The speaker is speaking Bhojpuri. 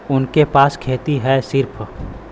उनके पास खेती हैं सिर्फ